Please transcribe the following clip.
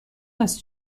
است